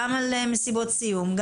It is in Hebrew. גם על מסיבות סיום,